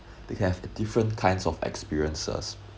they can have the different kinds of experiences